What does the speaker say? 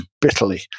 bitterly